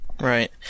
Right